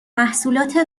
محصولات